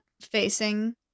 facing